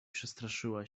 przestraszyła